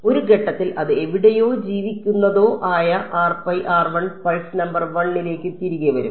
ഒരു ഘട്ടത്തിൽ അത് എവിടെയോ ജീവിക്കുന്നതോ ആയ പൾസ് നമ്പർ 1 ലേക്ക് തിരികെ വരും